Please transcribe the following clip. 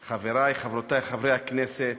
חברי, חברותי, חברי הכנסת,